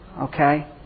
Okay